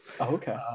okay